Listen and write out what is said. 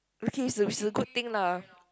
okay it's a it's a good thing lah